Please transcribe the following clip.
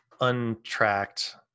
untracked